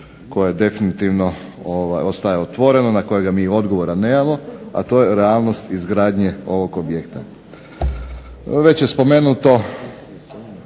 koje definitivno ostaje otvoreno, na kojega mi odgovora nemamo, a to je realnost izgradnje ovog objekta. Već je spomenuto